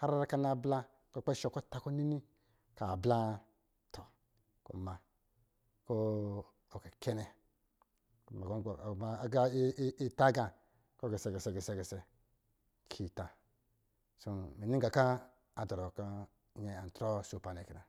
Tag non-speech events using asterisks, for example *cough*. yari kɔ̄ a na bla, kɔ̄ kpɛ shɔ kɔ̄ ta kɔ̄ nini, kɔ̄ a bla wa to kuma kɔ̄ ɔ gɔ kɛnɛ *hesitation* ma agita agā kɔ̄ gisɛ-gisɛ-gisɛ-gisɛ-gisɛ, mɛ kɔ̄ kata kɔ̄ nyɛ adɔrɔ kantrɔ shɔpa nnɛ kɛ na.